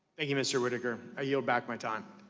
thank you mr. whitaker i yield back my time.